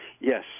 Yes